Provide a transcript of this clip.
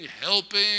helping